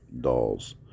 dolls